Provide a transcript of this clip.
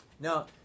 now